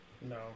No